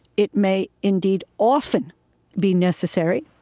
it may indeed often be necessary,